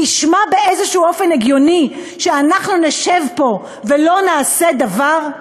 נשמע באיזשהו אופן הגיוני שאנחנו נשב פה ולא נעשה דבר?